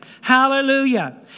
Hallelujah